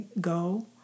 go